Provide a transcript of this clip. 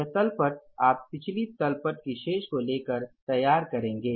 यह तल पट आप पिछली तल पट की शेष को लेकर तैयार करेंगे